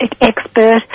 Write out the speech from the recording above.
expert